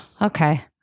okay